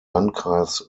landkreis